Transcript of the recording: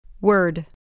Word